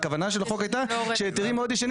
הכוונה של החוק הייתה שהיתרים מאוד ישנים